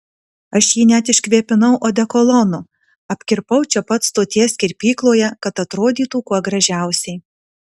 aš jį net iškvėpinau odekolonu apkirpau čia pat stoties kirpykloje kad atrodytų kuo gražiausiai